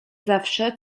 zawsze